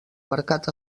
mercat